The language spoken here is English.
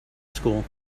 school